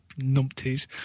numpties